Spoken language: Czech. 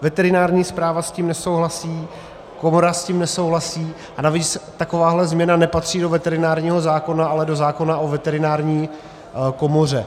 Veterinární správa s tím nesouhlasí, komora s tím nesouhlasí a navíc taková změna nepatří do veterinárního zákona, ale do zákona o veterinární komoře.